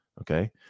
Okay